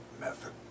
method